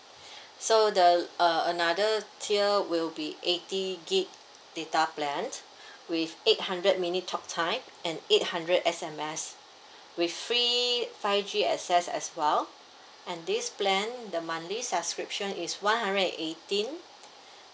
so the uh another tier will be eighty G_B data plan with eight hundred minute talk time and eight hundred S_M_S with free five G access as well and this plan the monthly subscription is one hundred and eighteen